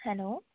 hello